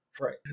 Right